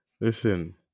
Listen